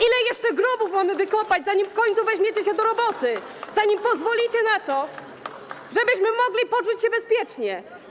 Ile jeszcze grobów mamy wykopać, zanim w końcu weźmiecie się do roboty, zanim pozwolicie na to, żebyśmy mogli poczuć się bezpiecznie?